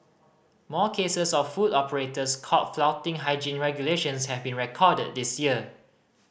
more cases of food operators caught flouting hygiene regulations have been recorded this year